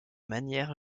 manière